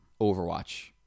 overwatch